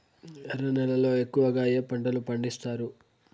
ఎర్ర నేలల్లో ఎక్కువగా ఏ పంటలు పండిస్తారు